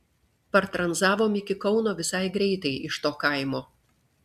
partranzavom iki kauno visai greitai iš to kaimo